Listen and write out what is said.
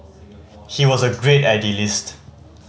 he was a great idealist